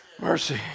Mercy